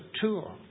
Tour